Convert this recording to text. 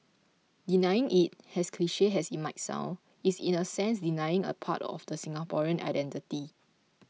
denying it as cliche as it might sound is in a sense denying a part of the Singaporean identity